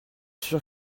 sûr